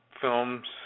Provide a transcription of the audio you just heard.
films